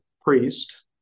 priest